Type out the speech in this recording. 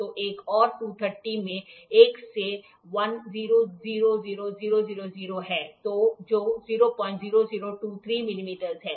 तो एक और 230 में 1 से 100000 है जो 00023 मिलीमीटर है